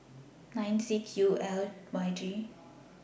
nine six U L Y G